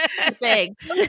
Thanks